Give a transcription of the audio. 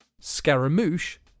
Scaramouche